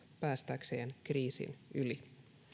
päästäkseen kriisin yli